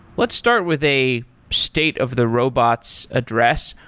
let's start with a state of the robots address.